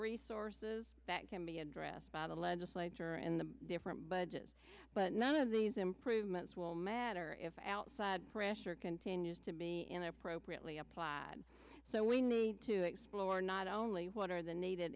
resources that can be addressed by the legislature and the different budgets but none of these improvements will matter if outside pressure continues to be in appropriately applied so we need to explore not only what are the needed